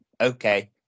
okay